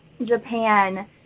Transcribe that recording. Japan